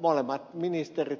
molemmat ministerit silloin sitä vastustivat